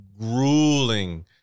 grueling